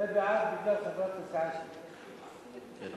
ההסתייגות לחלופין של חברת הכנסת עינת וילף